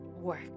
work